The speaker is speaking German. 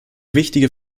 wichtige